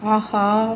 ஆஹா